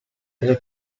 tre